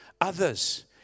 others